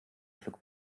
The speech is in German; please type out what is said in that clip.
schluck